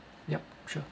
ya yup